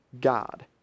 God